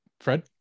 Fred